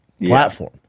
platform